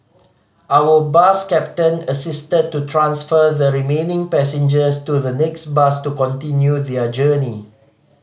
our bus captain assisted to transfer the remaining passengers to the next bus to continue their journey